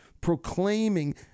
proclaiming